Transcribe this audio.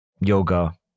yoga